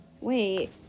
Wait